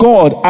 God